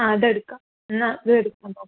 ആ അതെടുക്കാം എന്നാൽ അതെടുക്കാം ഓക്കേ